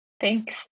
thanks